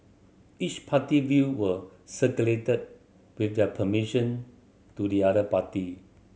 each party view were circulated with their permission to the other party